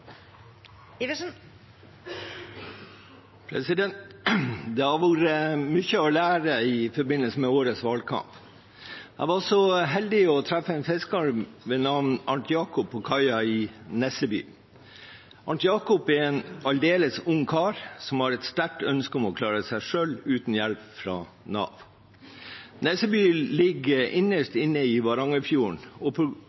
Det har vært mye å lære i forbindelse med årets valgkamp. Jeg var så heldig å treffe en fisker ved navn Arnt Jakob på kaia i Nesseby. Arnt Jakob er en aldeles ung kar som har et sterkt ønske om å klare seg selv, uten hjelp fra Nav. Nesseby ligger innerst inne i Varangerfjorden, og